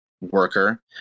worker